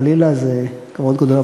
חלילה, זה כבוד גדול.